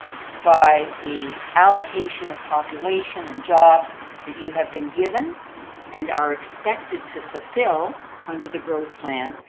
by the allocation of population and jobs that you have been given and are expected to fulfill under the growth plan,